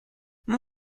mon